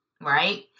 right